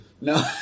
No